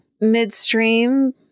midstream